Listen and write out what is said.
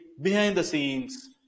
behind-the-scenes